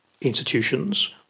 institutions